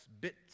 bits